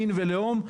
מין ולאום,